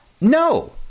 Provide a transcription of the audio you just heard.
No